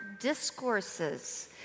discourses